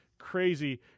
crazy